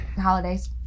holidays